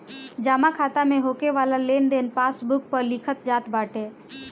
जमा खाता में होके वाला लेनदेन पासबुक पअ लिखल जात बाटे